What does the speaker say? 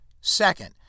Second